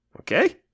Okay